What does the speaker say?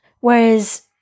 whereas